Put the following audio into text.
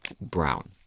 brown